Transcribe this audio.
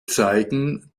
zeigen